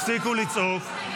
הפסיקו לצעוק,